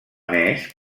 més